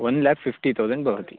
one lakh fifty thousand भवति